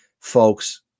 folks